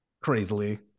crazily